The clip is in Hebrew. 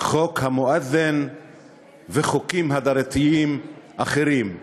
חוק המואזין וחוקים הדרתיים אחרים.